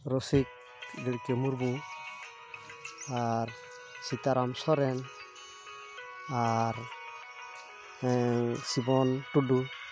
ᱨᱚᱥᱤᱠ ᱰᱤᱲᱠᱟᱹ ᱢᱩᱨᱢᱩ ᱟᱨ ᱥᱤᱛᱟᱨᱟᱢ ᱥᱚᱨᱮᱱ ᱟᱨ ᱥᱤᱵᱚᱱ ᱴᱩᱰᱩ